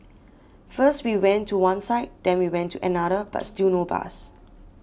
first we went to one side then we went to another but still no bus